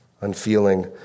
unfeeling